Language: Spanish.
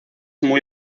muy